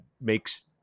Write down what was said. makes